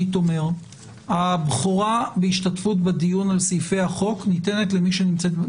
אני אומר את זה גם לטובת נציגי משרדי הממשלה